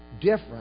different